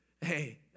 Hey